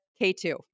K2